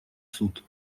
суд